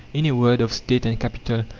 in a word, of state and capital.